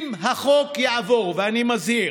אם החוק יעבור, ואני מזהיר,